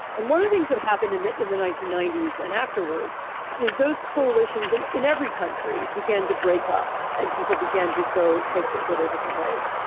and one of the things that happened in the in the nineteen ninety s and after. words is those coalitions in in every country began to break up and people began to go take their go their different ways.